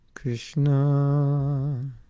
Krishna